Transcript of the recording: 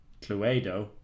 Cluedo